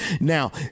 Now